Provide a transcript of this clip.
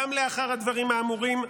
גם לאחר הדברים האמורים,